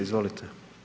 Izvolite.